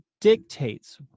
dictates